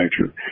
nature